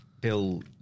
Bill